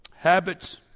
Habits